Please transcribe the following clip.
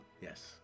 Yes